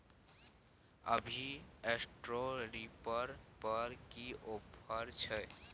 अभी straw reaper पर की ऑफर छै?